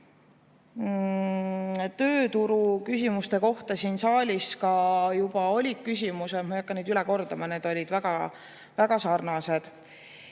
Tööturuküsimuste kohta siin saalis juba olid küsimused, ma ei hakka neid üle kordama, need olid väga sarnased.